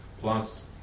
plus